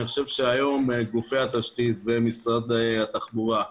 אני חושב שהיום גופי התשתית במשרד התחבורה,